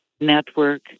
network